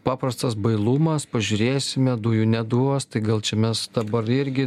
paprastas bailumas pažiūrėsime dujų neduos tai gal čia mes dabar irgi